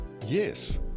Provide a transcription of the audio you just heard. Yes